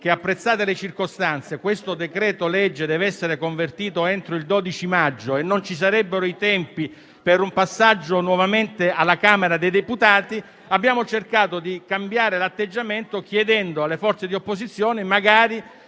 apprezzate le circostanze, il decreto-legge deve essere convertito entro il 12 maggio per cui non ci sarebbero i tempi per un nuovo passaggio alla Camera dei deputati. Abbiamo cercato di cambiare l'atteggiamento chiedendo alle forze di opposizione di